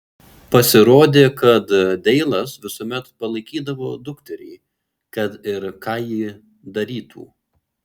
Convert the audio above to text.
pasirodė kad deilas visuomet palaikydavo dukterį kad ir ką ji darytų